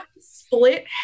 split